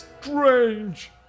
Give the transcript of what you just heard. Strange